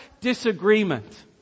disagreement